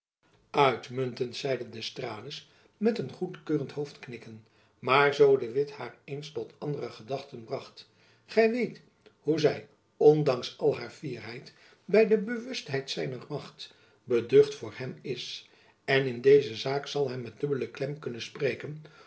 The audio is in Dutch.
uitmuntend zeide d'estrades met een goedkeurend hoofdknikken maar zoo de witt haar eens tot andere gedachten bracht gy weet hoe zy onjacob van lennep elizabeth musch danks al haar fierheid by de bewustheid zijner macht beducht voor hem is en in deze zaak zal hy met dubbelen klem kunnen spreken